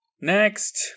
Next